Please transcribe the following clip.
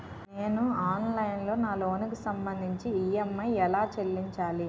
నేను ఆన్లైన్ లో నా లోన్ కి సంభందించి ఈ.ఎం.ఐ ఎలా చెల్లించాలి?